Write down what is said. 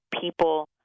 people